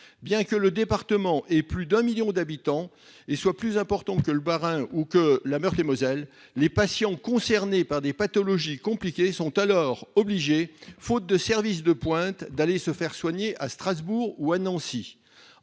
une population de plus d'un million d'habitants, plus importante que celle du Bas-Rhin ou de la Meurthe-et-Moselle, les patients concernés par des pathologies compliquées sont obligés, faute de services de pointe, d'aller se faire soigner à Strasbourg ou à Nancy.